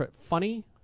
Funny